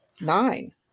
nine